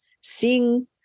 seeing